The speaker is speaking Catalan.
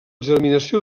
germinació